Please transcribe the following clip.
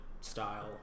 style